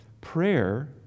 prayer